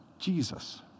Jesus